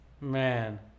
man